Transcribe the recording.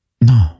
no